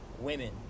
women